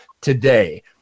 today